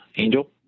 Angel